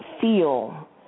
feel